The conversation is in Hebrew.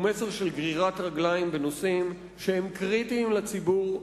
הוא מסר של גרירת רגליים בנושאים שהם קריטיים לציבור,